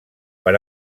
per